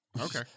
okay